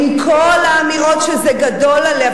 עם כל האמירות שזה גדול עליה,